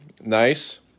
Nice